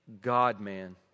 God-man